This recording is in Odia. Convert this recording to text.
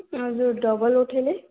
ଆଉ ଯେଉଁ ଡବଲ୍ ଉଠାଇଲେ